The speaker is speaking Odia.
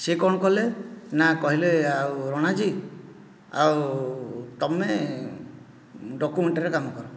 ସେ କ'ଣ କଲେ ନା କହିଲେ ଆଉ ରଣାଜୀ ଆଉ ତମେ ଡକୁମେଣ୍ଟରେ କାମ କର